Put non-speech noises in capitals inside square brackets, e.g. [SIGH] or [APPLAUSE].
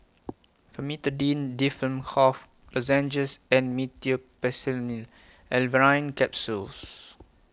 [NOISE] Famotidine Difflam [UNINTELLIGIBLE] Lozenges and Meteospasmyl Alverine Capsules